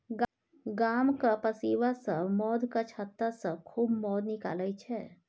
गामक पसीबा सब मौधक छत्तासँ खूब मौध निकालै छै